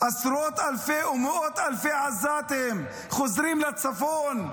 עשרות אלפי או מאות אלפי עזתים חוזרים לצפון,